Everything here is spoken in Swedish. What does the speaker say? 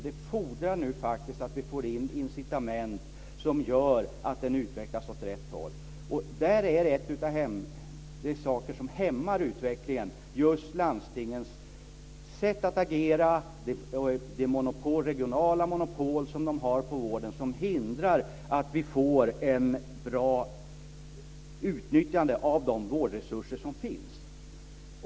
Det fordras nu incitament som gör att den utvecklas åt rätt håll. Bland de saker som hämmar utvecklingen är just landstingens sätt att agera och de regionala monopol som de har på vården. Det hindrar ett bra utnyttjande av de vårdresurser som finns.